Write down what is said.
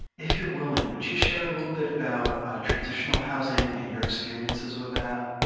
if you're willing, would you share a little bit about transitional housing and your experiences with that?